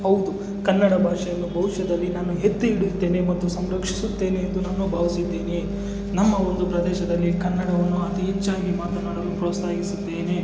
ಹೌದು ಕನ್ನಡ ಭಾಷೆಯನ್ನು ಭವಿಷ್ಯದಲ್ಲಿ ನಾನು ಎತ್ತಿ ಹಿಡಿಯುತ್ತೇನೆ ಮತ್ತು ಸಂರಕ್ಷಿಸುತ್ತೇನೆ ಎಂದು ನಾನು ಭಾವಿಸಿದ್ದೀನಿ ನಮ್ಮ ಒಂದು ಪ್ರದೇಶದಲ್ಲಿ ಕನ್ನಡವನ್ನು ಅತಿ ಹೆಚ್ಚಾಗಿ ಮಾತನಾಡಲು ಪ್ರೋತ್ಸಾಹಿಸಿದ್ದೇನೆ